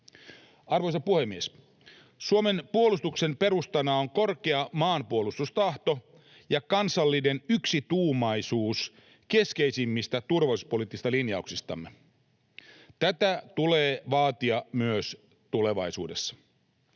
Arvoisa puhemies! Suomen puolustuksen perustana on korkea maanpuolustustahto ja kansallinen yksituumaisuus keskeisimmistä turvallisuuspoliittisista linjauksistamme. Tätä tulee vaalia myös tulevaisuudessa.